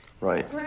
Right